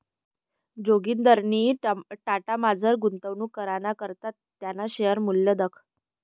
जोगिंदरनी टाटामझार गुंतवणूक कराना करता त्याना शेअरनं मूल्य दखं